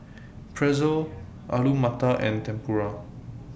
Pretzel Alu Matar and Tempura